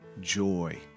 Joy